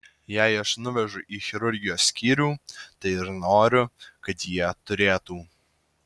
jei aš nuvežu į chirurgijos skyrių tai ir noriu kad jie turėtų